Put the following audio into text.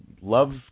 love